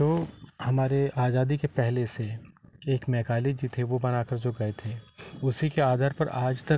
जो हमारे आजादी के पहले से है एक मैकाले जी थे वह बना कर जो गए थे उसी के आदर पर आज तक